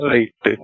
Right